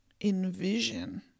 envision